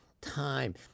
time